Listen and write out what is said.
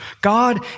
God